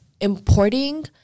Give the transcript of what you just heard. importing